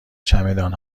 چمدان